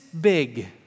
big